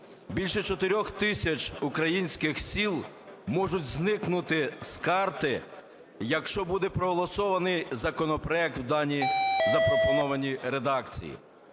Більше 4 тисяч українських сіл можуть зникнути з карти, якщо буде проголосований законопроект в даній запропонованій редакції,